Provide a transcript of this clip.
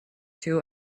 two